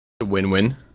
Win-win